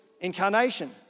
incarnation